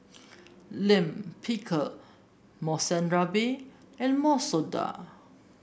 Lime Pickle Monsunabe and Masoor Dal